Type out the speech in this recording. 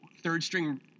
third-string